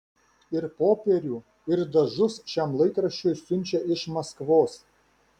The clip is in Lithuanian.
ir popierių ir dažus šiam laikraščiui siunčia iš maskvos